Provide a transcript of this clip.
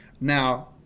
Now